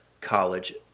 College